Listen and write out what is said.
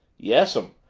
yes'm.